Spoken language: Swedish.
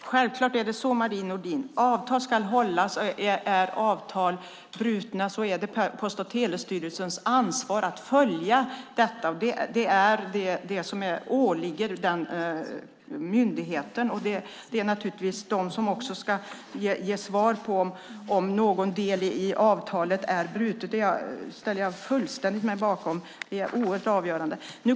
Fru talman! Självklart är det så, Marie Nordén! Avtal ska hållas, och är avtal brutna är det Post och telestyrelsens ansvar att följa upp det. Det är det som åligger den myndigheten. Det är naturligtvis också den som ska ge svar på om någon del i avtalet är bruten. Det ställer jag mig fullständigt bakom. Det är oerhört avgörande.